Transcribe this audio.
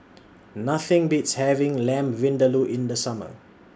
Nothing Beats having Lamb Vindaloo in The Summer